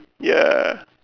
ya